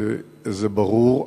זה ברור,